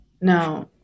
No